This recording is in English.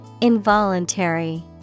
Involuntary